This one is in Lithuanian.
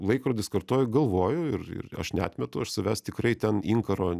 laikrodis kartoju galvoju ir ir aš neatmetu aš savęs tikrai ten inkaro